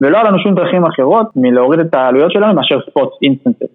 ולא יהיו לנו שום דרכים אחרות מלהוריד את העלויות שלנו, מאשר ספורט אינסטנטים